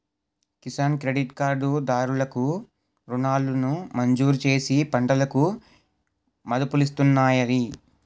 Kisan credit card దారులు కు రుణాలను మంజూరుచేసి పంటలకు మదుపులిస్తున్నాయి